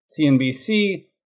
CNBC